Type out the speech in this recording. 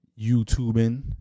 YouTubing